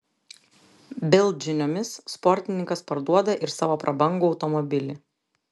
bild žiniomis sportininkas parduoda ir savo prabangų automobilį